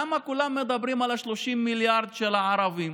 למה כולם מדברים על 30 מיליארד של הערבים?